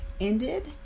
ended